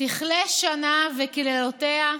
תכלה שנה וקללותיה,